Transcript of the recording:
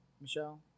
Michelle